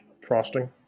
frosting